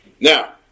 Now